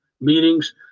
meetings